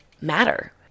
matter